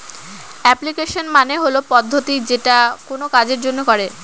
application মানে হল পদ্ধতি যেটা কোনো কাজের জন্য করে